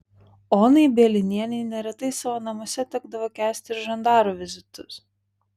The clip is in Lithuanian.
onai bielinienei neretai savo namuose tekdavo kęsti ir žandarų vizitus